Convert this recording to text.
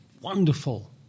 wonderful